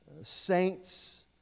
saints